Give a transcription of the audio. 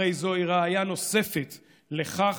הרי זו ראיה נוספת לכך,